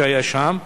שהיה שם,